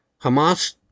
Hamas